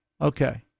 Okay